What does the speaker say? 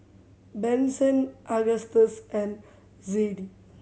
Benson Agustus and Zadie